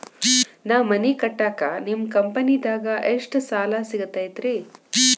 ನಾ ಮನಿ ಕಟ್ಟಾಕ ನಿಮ್ಮ ಕಂಪನಿದಾಗ ಎಷ್ಟ ಸಾಲ ಸಿಗತೈತ್ರಿ?